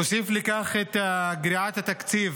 תוסיף לכך את גריעת התקציב